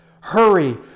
Hurry